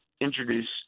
introduce